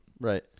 Right